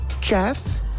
Jeff